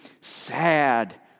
sad